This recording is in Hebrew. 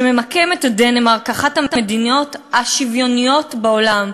שממקמת את דנמרק כאחת המדינות השוויוניות בעולם.